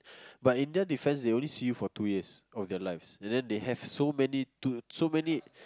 but in their defence they only see you for two years of their lives and then they have so many two so many